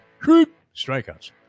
strikeouts